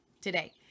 today